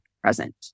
present